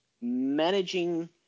managing